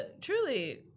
truly